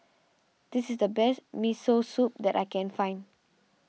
this is the best Miso Soup that I can find